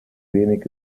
wenig